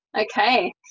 Okay